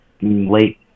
late